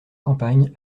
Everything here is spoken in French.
campagne